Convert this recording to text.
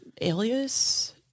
Alias